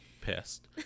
pissed